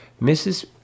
Mrs